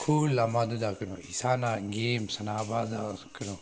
ꯈꯨꯜ ꯑꯃꯗꯨꯗ ꯀꯩꯅꯣ ꯏꯁꯥꯅ ꯒꯦꯝ ꯁꯥꯟꯅꯕꯗ ꯀꯩꯅꯣ